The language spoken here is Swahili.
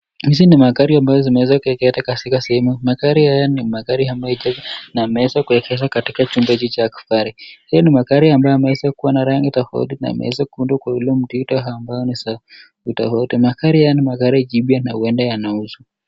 Haya ni magari na magari haya yameweza kuegeshwa katika chumba cha kifahari. Hii ni magari ambayo imeweza kuwa na rangi tofauti na imeweza kuundwa kwa ule muundo au mtindo ambao ni tofauti. Magari haya ni magari jipya ns huenda yanauzwa.